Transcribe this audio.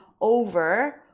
over